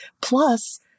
Plus